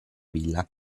villa